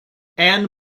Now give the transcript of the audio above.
ann